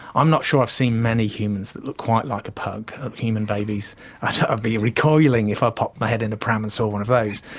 i'm not sure i've seen many humans that looked quite like a pug, of human babies. i'd be recoiling if i popped my head in a pram and saw one of those.